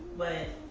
where